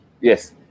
Yes